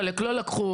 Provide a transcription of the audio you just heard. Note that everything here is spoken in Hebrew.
חלק לא לקחו,